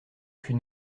fus